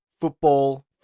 football